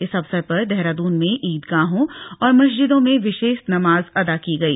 इस अवसर पर देहरादून में ईदगाहों और मस्जिदों में विशेष नमाज़ अदा की गई